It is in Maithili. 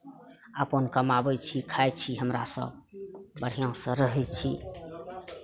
अपन कमाबै छी खाइ छी हमरा सभ बढ़िआँसँ रहै छी